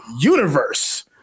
universe